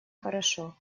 хорошо